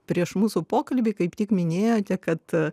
prieš mūsų pokalbį kaip tik minėjote kad